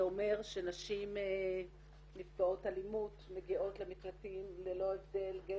אומר שנשים נפגעות אלימות מגיעות למקלטים ללא הבדל דת,